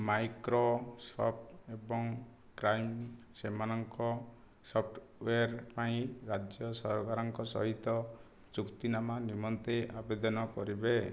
Microsoft ଏବଂ crime ସେମାନଙ୍କ software ପାଇଁ ରାଜ୍ୟ ସରକାରଙ୍କ ସହିତ ଚୁକ୍ତିନାମା ନିମନ୍ତେ ଆବେଦନ କରିବେ